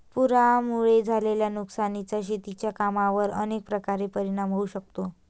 पुरामुळे झालेल्या नुकसानीचा शेतीच्या कामांवर अनेक प्रकारे परिणाम होऊ शकतो